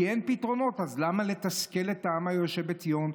כי אין פתרונות, אז למה לתסכל את העם היושב בציון?